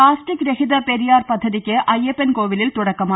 plastic രഹിത പെരിയാർ പദ്ധതിയ്ക്ക് അയ്യപ്പൻ കോവിലിൽ തുടക്കമായി